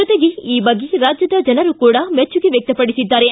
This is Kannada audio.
ಜೊತೆಗೆ ಈ ಬಗ್ಗೆ ರಾಜ್ಯದ ಜನರು ಕೂಡ ಮೆಚ್ಚುಗೆ ವ್ಯಕ್ತಪಡಿಸಿದ್ದಾರೆ